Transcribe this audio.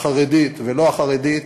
החרדית והלא-החרדית,